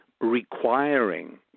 requiring